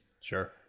Sure